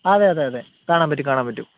അതെ അതെ അതെ കാണാൻ പറ്റും കാണാൻ പറ്റും